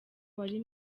wari